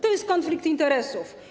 To jest konflikt interesów.